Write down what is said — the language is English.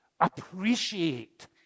appreciate